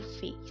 faith